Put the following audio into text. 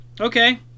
Okay